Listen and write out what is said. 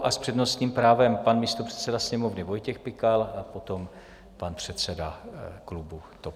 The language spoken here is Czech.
S přednostním právem pan místopředseda Sněmovny Vojtěch Pikal a potom pan předsedu klubu TOP 09.